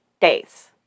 days